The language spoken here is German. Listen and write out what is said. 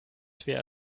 schwer